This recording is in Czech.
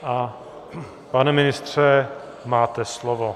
A pane ministře, máte slovo.